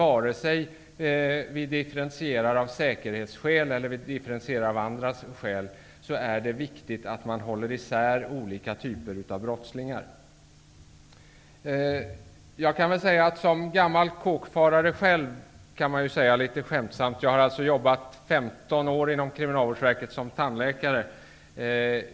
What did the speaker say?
Oavsett om vi differentierar av säkerhetsskäl eller av andra skäl är det viktigt att hålla isär olika typer av brottslingar. Jag yttrar mig här som gammal kåkfarare -- litet skämtsamt sagt. Jag har nämligen jobbat i 15 år som tandläkare inom Kriminalvårdsverket.